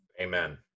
Amen